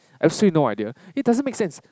absolutely no idea it doesn't make sense